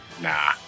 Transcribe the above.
Nah